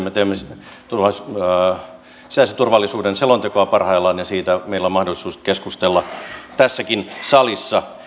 me teemme sisäisen turvallisuuden selontekoa parhaillaan ja siitä meillä on mahdollisuus keskustella tässäkin salissa